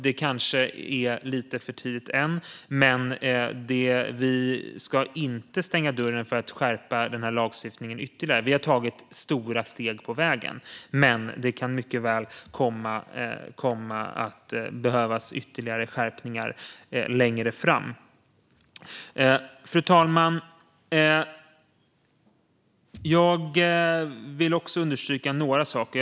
Det kanske är lite för tidigt ännu, men vi ska inte stänga dörren för att skärpa denna lagstiftning ytterligare. Vi har tagit stora steg på vägen, men det kan mycket väl komma att behövas ytterligare skärpningar längre fram. Fru talman! Jag vill understryka några saker.